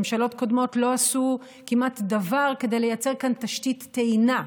ממשלות קודמות לא עשו כמעט דבר כדי לייצר כאן תשתית טעינה.